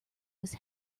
was